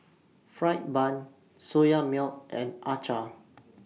Fried Bun Soya Milk and Acar